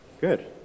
Good